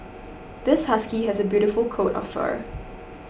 this husky has a beautiful coat of fur